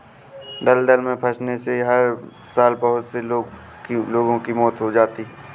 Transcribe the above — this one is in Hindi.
दलदल में फंसने से हर साल बहुत से लोगों की मौत हो जाती है